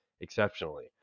exceptionally